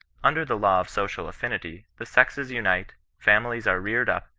under the law of social affinity the sexes unite, families are reared up,